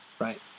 right